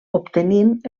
obtenint